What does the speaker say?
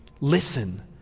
listen